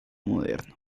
moderno